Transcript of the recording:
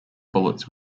bullets